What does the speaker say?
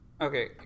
okay